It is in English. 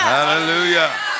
hallelujah